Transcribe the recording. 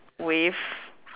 with